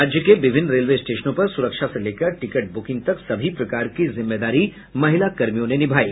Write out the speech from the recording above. राज्य के विभिन्न रेलवे स्टेशनों पर सुरक्षा से लेकर टिकट बुकिंग तक सभी प्रकार की जिम्मेदारी महिला कर्मियों ने निभायी